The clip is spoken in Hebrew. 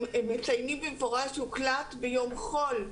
הם מציינים במפורש 'הוקלט ביום חול',